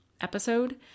episode